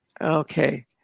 Okay